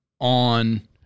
on